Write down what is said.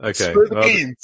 Okay